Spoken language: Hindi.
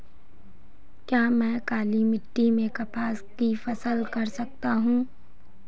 क्या मैं काली मिट्टी में कपास की फसल कर सकता हूँ?